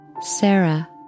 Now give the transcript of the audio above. Sarah